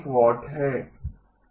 Pt 1 W